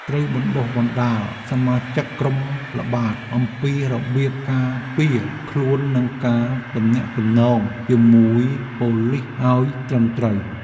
ត្រូវបណ្តុះបណ្តាលសមាជិកក្រុមល្បាតអំពីរបៀបការពារខ្លួននិងការទំនាក់ទំនងជាមួយប៉ូលីសឱ្យត្រឹមត្រូវ។